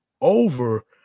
over